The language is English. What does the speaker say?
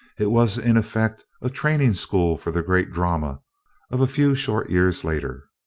it was in effect a training school for the great drama of a few short years later.